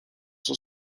son